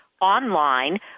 online